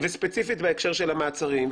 וספציפית בהקשר של המעצרים,